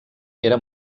era